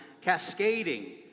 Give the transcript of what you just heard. cascading